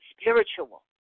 spiritual